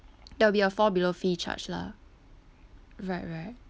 there'll be a fall below fee charged lah right right